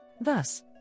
Thus